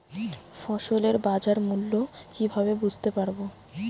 ফসলের বাজার মূল্য কিভাবে বুঝতে পারব?